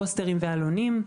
פוסטרים ועלונים.